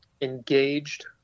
engaged